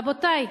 רבותי,